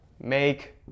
make